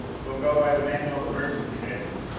we'll go by the manual emergency exit.